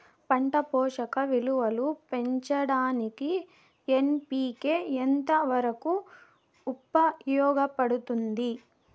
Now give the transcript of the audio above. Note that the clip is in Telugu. పంట పోషక విలువలు పెంచడానికి ఎన్.పి.కె ఎంత వరకు ఉపయోగపడుతుంది